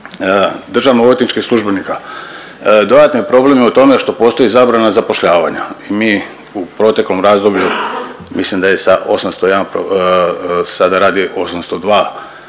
državno odvjetničkih službenika dodatni problem je u tome što postoji zabrana zapošljavanja. Mi u proteklom razdoblju mislim da je sa 801 sada radi 802